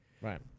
right